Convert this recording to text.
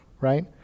right